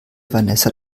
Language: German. vanessa